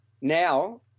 now